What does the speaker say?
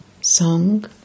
Song